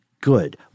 good